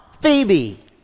Phoebe